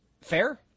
fair